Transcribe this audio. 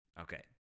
Okay